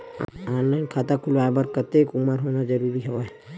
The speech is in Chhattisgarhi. ऑनलाइन खाता खुलवाय बर कतेक उमर होना जरूरी हवय?